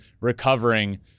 recovering